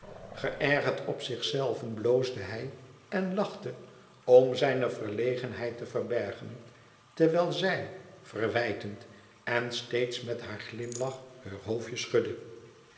geërgerd op zichzelven bloosde hij en lachte om zijne verlegenheid te verbergen terwijl zij verwijtend en steeds met haar glimlach heur hoofdje schudde